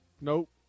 Nope